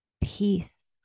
peace